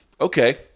Okay